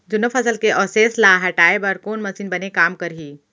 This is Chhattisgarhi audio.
जुन्ना फसल के अवशेष ला हटाए बर कोन मशीन बने काम करही?